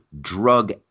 drug